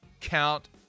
count